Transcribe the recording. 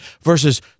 versus